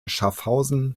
schaffhausen